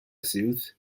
suit